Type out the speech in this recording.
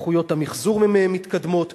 איכויות המיחזור מתקדמות.